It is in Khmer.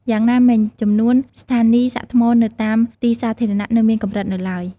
យ៉ាងណាមិញ ចំនួនស្ថានីយ៍សាកថ្មនៅតាមទីសាធារណៈនៅមានកម្រិតនៅឡើយ។